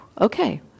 Okay